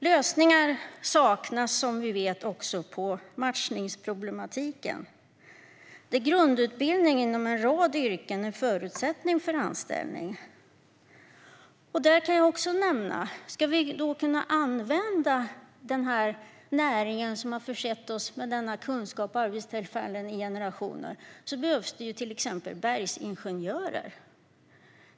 Lösningar saknas som vi vet på matchningsproblematiken, där grundutbildning inom en rad yrken är en förutsättning för anställning. Om vi ska kunna använda denna näring, som har försett oss med kunskap och arbetstillfällen i generationer, behövs till exempel bergsingenjörer.